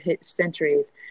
centuries